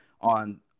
on